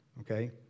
okay